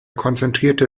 konzentrierte